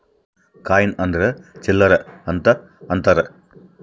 coin ಅಂದ್ರ ಚಿಲ್ಲರ್ ಅಂತ ಅಂತಾರ